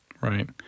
right